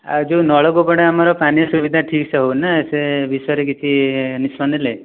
ଆଉ ଯେଉଁ ନଳକୂପଟା ଆମର ପାନୀୟ ସୁବିଧା ଠିକ ସେ ହେଉନି ନା ସେ ବିଷୟରେ କିଛି ନିଷ୍ପତି ନେଲେ